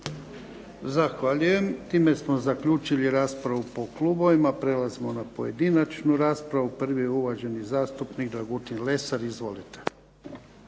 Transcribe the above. Zahvaljujem. Time smo zaključili raspravu po klubovima. Prelazimo na pojedinačnu raspravu. Prvi je uvaženi zastupnik Dragutin Lesar. Izvolite.